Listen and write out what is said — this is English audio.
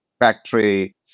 factory